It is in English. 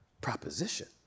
proposition